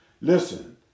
Listen